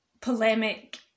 polemic